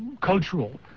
cultural